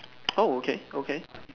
oh okay okay